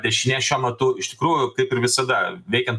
dešinė šiuo metu iš tikrųjų kaip ir visada veikiant